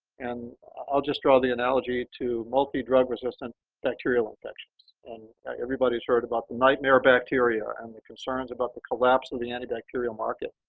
and i'll just draw the analogy to multidrug resistant bacterial infections and everybody has heard about the nightmare bacteria and the concerns about the collapse of and the antibacterial market.